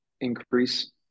increase